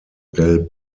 del